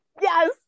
yes